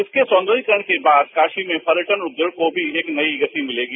इसके सौदर्यीकरण के बाद काशी में पर्यटन उद्योग को भी एक नई गति मिलेगी